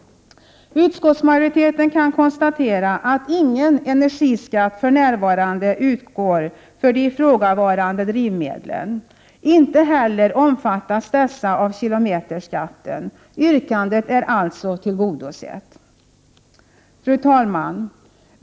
Utskottsmajoriteten kan konstatera att ingen energiskatt för närvarande utgår för de ifrågavarande drivmedlen. Inte heller omfattas dessa av kilometerskatten. Yrkandet är alltså tillgodosett. Fru talman!